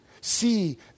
see